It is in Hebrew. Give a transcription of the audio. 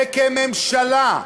וכממשלה,